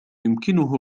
يمكنه